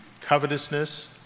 covetousness